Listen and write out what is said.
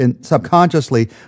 subconsciously